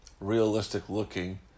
realistic-looking